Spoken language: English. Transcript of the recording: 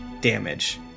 damage